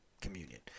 communion